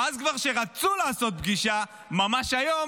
ואז, כשכבר רצו לעשות פגישה ממש היום,